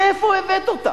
מאיפה הבאת אותה?